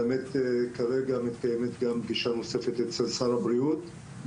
באמת כרגע מתקיימת גם פגישה נוספת אצל שר הבריאות.